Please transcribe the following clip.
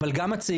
אבל גם הצעירים.